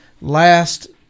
last